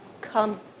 Come